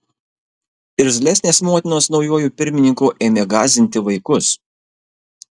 irzlesnės motinos naujuoju pirmininku ėmė gąsdinti vaikus